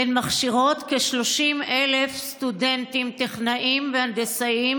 הן מכשירות כ-30,000 סטודנטים טכנאים והנדסאים,